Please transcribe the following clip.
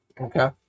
Okay